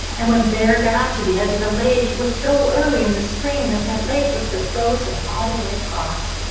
and when bear got to the edge of the lake, it was so early in the spring that that lake was still frozen all the way across.